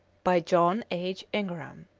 by john h. ingram.